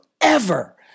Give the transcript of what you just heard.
forever